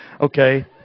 okay